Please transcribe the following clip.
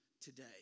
today